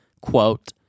quote